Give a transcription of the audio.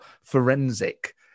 forensic